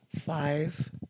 five